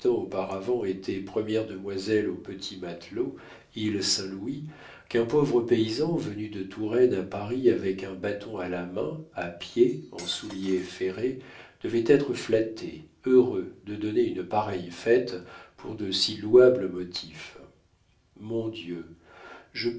auparavant était première demoiselle au petit matelot île saint-louis qu'un pauvre paysan venu de touraine à paris avec un bâton à la main à pied en souliers ferrés devaient être flattés heureux de donner une pareille fête pour de si louables motifs mon dieu je